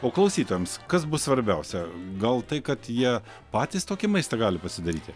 o klausytojams kas bus svarbiausia gal tai kad jie patys tokį maistą gali pasidaryti